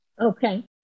Okay